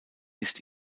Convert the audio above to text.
ist